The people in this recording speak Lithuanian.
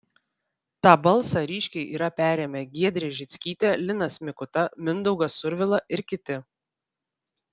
tą balsą ryškiai yra perėmę giedrė žickytė linas mikuta mindaugas survila ir kiti